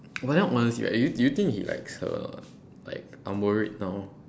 but then honestly right are y~ do you think he likes her like I'm worried now